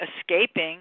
escaping